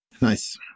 Nice